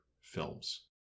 films